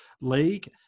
league